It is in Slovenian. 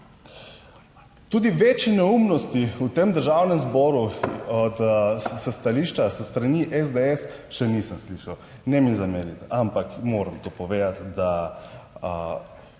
Tudi večje neumnosti v tem Državnem zboru od stališča s strani SDS še nisem slišal, ne mi zameriti, ampak moram to povedati, da